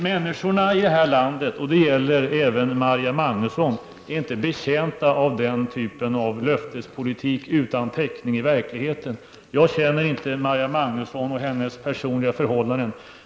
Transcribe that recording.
Människorna i det här landet -- och det gäller även Marja Magnusson -- är inte betjänta av den typen av löftespolitik utan täckning i verkligheten. Jag känner inte Marja Magnusson och hennes personliga förhållanden.